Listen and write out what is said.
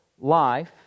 life